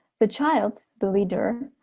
the child, the leader,